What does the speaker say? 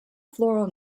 floral